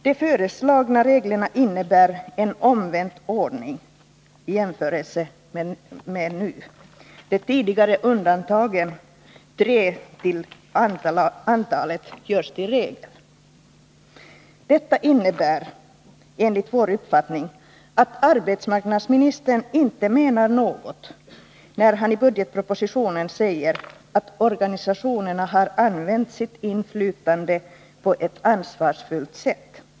De föreslagna reglerna innebär en omvänd ordning i jämförelse med vad som gäller nu: de tidigare undantagen — tre till antalet — görs till regel. Detta innebär enligt vår uppfattning att arbetsmarknadsministern inte menar något när han i budgetpropositionen säger att organisationerna har använt sitt inflytande på ett ansvarsfullt sätt.